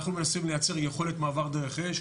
אנחנו מנסים לייצר יכולת מעבר דרך אש,